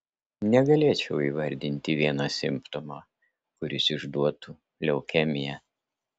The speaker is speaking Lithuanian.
negalėčiau įvardinti vieno simptomo kuris išduotų leukemiją